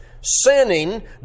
sinning